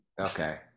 Okay